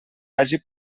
hagi